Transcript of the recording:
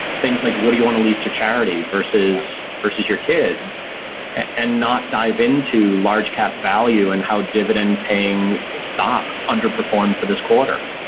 things like what do you want to leave to charity versus versus your kids and not dive into a large cap value and how dividend paying stocks underperform for this quarter.